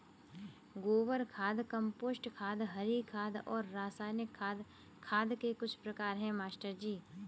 गोबर खाद कंपोस्ट खाद हरी खाद और रासायनिक खाद खाद के कुछ प्रकार है मास्टर जी